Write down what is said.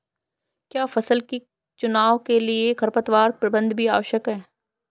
क्या फसल के चुनाव के लिए खरपतवार प्रबंधन भी आवश्यक है?